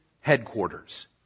headquarters